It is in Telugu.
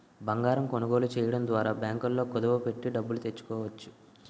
బంగారం కొనుగోలు చేయడం ద్వారా బ్యాంకుల్లో కుదువ పెట్టి డబ్బులు తెచ్చుకోవచ్చు